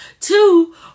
Two